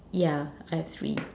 yeah I have three